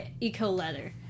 eco-leather